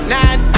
Nine